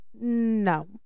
No